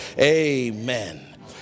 amen